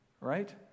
right